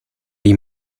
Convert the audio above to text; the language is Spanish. hay